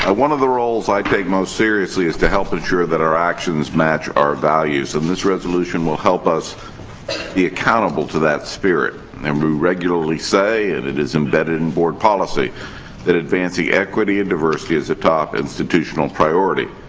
one of the roles i take most seriously is to help ensure that our actions match our values. and this resolution will help us be accountable to that spirit. and we regularly say that and it is embedded in board policy that advancing equity and diversity is a top institutional priority,